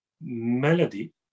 melody